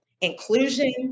Inclusion